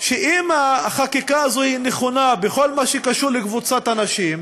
שאם החקיקה הזאת נכונה בכל מה שקשור לקבוצת אנשים,